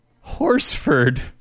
Horsford